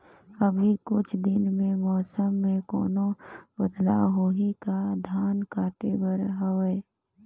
अभी कुछ दिन मे मौसम मे कोनो बदलाव होही का? धान काटे बर हवय?